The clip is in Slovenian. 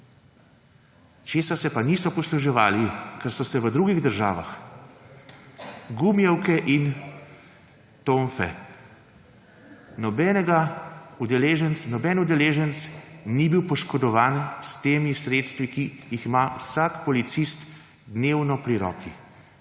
Česa se pa niso posluževali, kar so se v drugih državah? Gumijevk in tonf. Noben udeleženec ni bil poškodovan s temi sredstvi, ki jih ima vsak policist dnevno pri roki.,